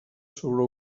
sobre